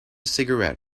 cigarette